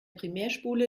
primärspule